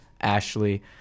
ashley